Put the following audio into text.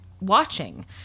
watching